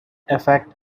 effect